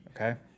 okay